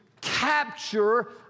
capture